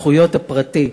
זכויות הפרטי.